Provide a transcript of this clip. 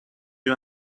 you